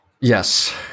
Yes